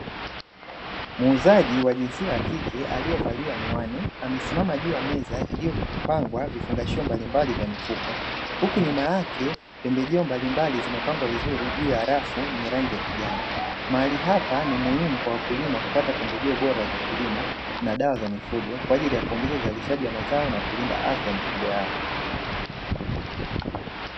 muuzaji wa jinsia ya kike alievalia miwani amesimama juu ya meza iliyopangwa vifungashio mbalimbali vya mifuko, huku nyuma yake pembejeo mbalimbali zimepangwa vizuri juu ya rafu yenye rangi ya kijani. Mahali hapa ni muhimu kwa wakulima kupata pembejeo bora za kilimo na dawa za mifugo kwaajili ya kuongeza uzalishaji wa mazao na kulinda afya ya mifugo yao.